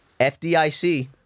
FDIC